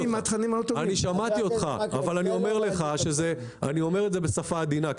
את זה בשפה עדינה,